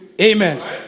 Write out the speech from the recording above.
Amen